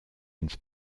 ins